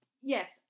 yes